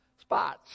spots